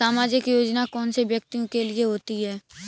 सामाजिक योजना कौन से व्यक्तियों के लिए होती है?